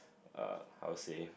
uh I'll say